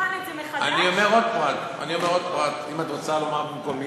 האם לא כדאי